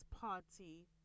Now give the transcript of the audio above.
party